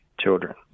children